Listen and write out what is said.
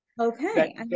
Okay